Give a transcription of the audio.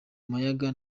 mayaga